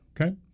okay